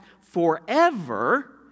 forever